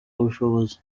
bushobozi